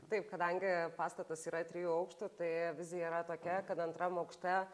taip kadangi pastatas yra trijų aukštų tai vizija yra tokia kad antram aukšte